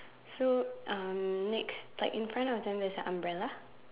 so um next like in front of them there's a umbrella